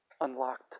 unlocked